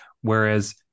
Whereas